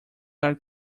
are